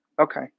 Okay